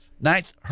ninth